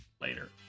Later